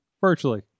virtually